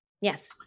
Yes